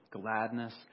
Gladness